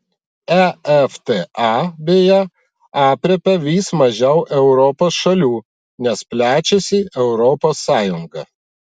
efta beje aprėpia vis mažiau europos šalių nes plečiasi europos sąjunga